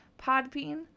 Podbean